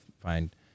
find